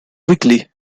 quickly